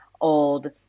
old